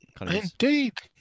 Indeed